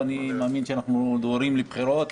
ואני מאמין שאנחנו דוהרים לבחירות,